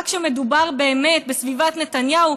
רק כשמדובר באמת בסביבת נתניהו.